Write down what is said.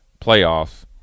playoffs